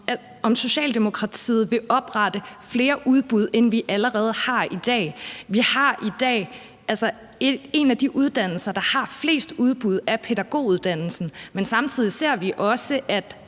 om Socialdemokratiet vil oprette flere udbud, end der allerede er i dag. En af de uddannelser, der har flest udbud, er pædagoguddannelsen, men samtidig ser vi også, at